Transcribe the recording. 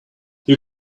you